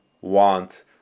want